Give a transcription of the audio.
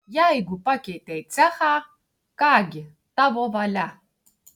jeigu pakeitei cechą ką gi tavo valia